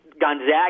Gonzaga